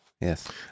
Yes